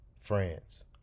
France